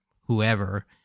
whoever